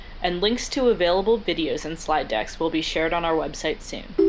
and links to available videos and slide decks will be shared on our website soon.